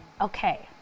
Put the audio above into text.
okay